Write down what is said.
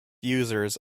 users